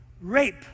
rape